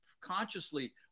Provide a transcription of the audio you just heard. consciously